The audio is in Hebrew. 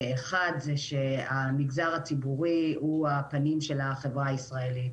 אחד, המגזר הציבורי הוא הפנים של החברה הישראלית.